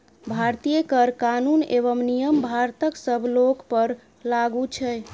भारतीय कर कानून एवं नियम भारतक सब लोकपर लागू छै